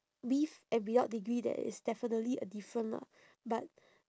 with and without degree there is definitely a different lah but